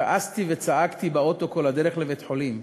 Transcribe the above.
כעסתי וצעקתי באוטו כל הדרך לבית-החולים,